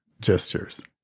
gestures